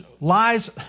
lies